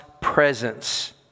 presence